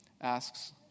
asks